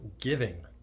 giving